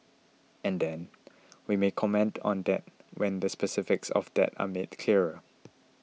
and then we may comment on that when the specifics of that are made clearer